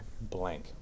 blank